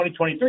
2023